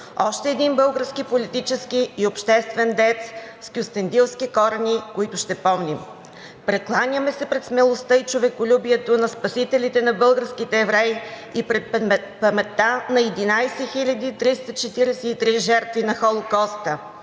още един български политически и обществен деец с кюстендилски корени, който ще помним. Прекланяме се пред смелостта и човеколюбието на спасителите на българските евреи и пред паметта на 11 343 жертви на Холокоста,